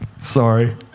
Sorry